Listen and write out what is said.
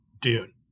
Dune